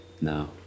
No